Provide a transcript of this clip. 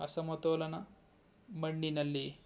ಅಸಮತೋಲನ ಮಣ್ಣಿನಲ್ಲಿ